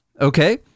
okay